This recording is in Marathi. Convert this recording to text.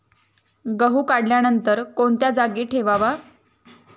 गहू काढल्यानंतर कोणत्या जागी ठेवावा?